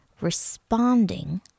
responding